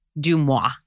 Dumois